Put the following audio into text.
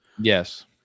Yes